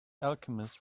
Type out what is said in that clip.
alchemist